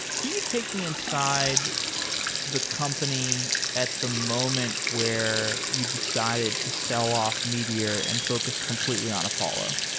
can you take me inside the company at the moment where you decided to sell off meteor and focus completely on apollo?